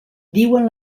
diuen